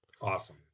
Awesome